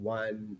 one